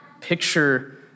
picture